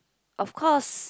of course